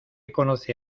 conoce